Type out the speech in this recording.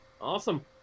Awesome